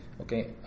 Okay